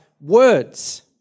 words